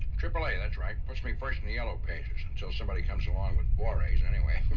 triple a, that's right. puts me first in the yellow pages. until somebody comes along with four a's, anyway.